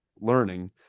learning